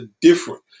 different